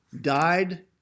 died